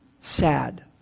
sad